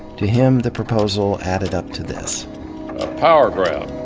to him, the proposal added up to this a power grab.